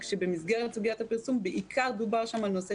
רק שבמסגרת סוגית הפרסום בעיקר דובר שם על נושא